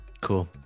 Cool